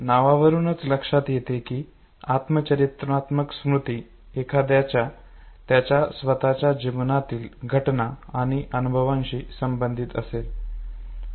नावावरूनच लक्षात येते की आत्मचरित्रात्मक स्मृती एखाद्याच्या त्याच्या स्वतःच्या जीवनातील घटना आणि अनुभवांशी संबंधित असेल